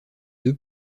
deux